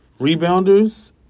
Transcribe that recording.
rebounders